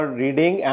reading